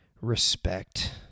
respect